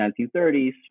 1930s